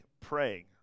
Praying